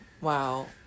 Wow